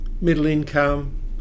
middle-income